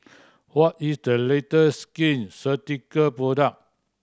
what is the latest Skin Ceutical product